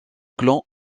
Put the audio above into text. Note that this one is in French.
clan